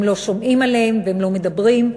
לא שומעים עליהם והם לא מדברים.